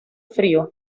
frío